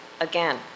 again